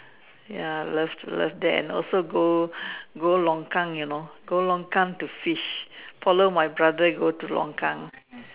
ya love to love that and also go go longkang you know go longkang to fish follow my brother go to longkang